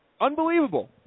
unbelievable